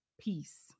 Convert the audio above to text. peace